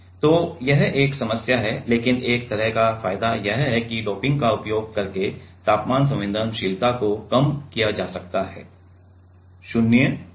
तो यह एक समस्या है लेकिन एक तरह का फायदा यह है कि डोपिंग का उपयोग करके तापमान संवेदनशीलता को कम किया जा सकता है 0 तक